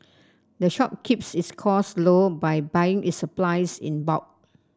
the shop keeps its costs low by buying its supplies in bulk